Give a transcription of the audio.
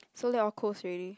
so late all close already